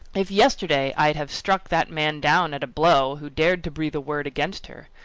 if, yesterday, i'd have struck that man down at a blow, who dared to breathe a word against her,